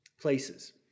places